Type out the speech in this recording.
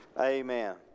Amen